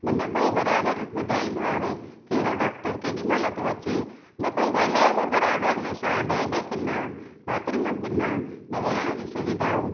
न कोई बराबरि ॿुधाईंदो आहे भाई कहिड़ो डॉक्टर केॾी महिल थो अचे न कोई ॻाल्हाए थो बराबरि न छा बेड किना बाथरूम किना न वेहण जी सुविधाऊं